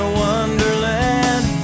wonderland